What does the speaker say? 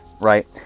right